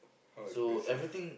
how expensive